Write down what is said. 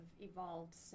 evolved